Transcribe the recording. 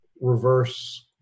reverse